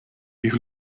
you